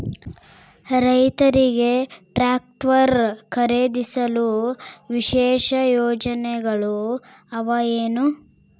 ರೈತರಿಗೆ ಟ್ರಾಕ್ಟರ್ ಖರೇದಿಸಲು ವಿಶೇಷ ಯೋಜನೆಗಳು ಅವ ಏನು?